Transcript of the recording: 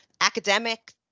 academic